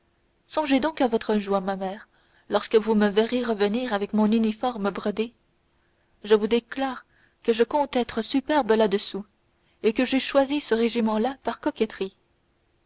songez donc à votre joie ma mère lorsque vous me verrez revenir avec mon uniforme brodé je vous déclare que je compte être superbe là-dessous et que j'ai choisi ce régiment là par coquetterie